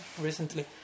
recently